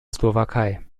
slowakei